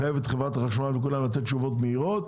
לחייב את חברת החשמל ואת כולם לתת תשובות מהירות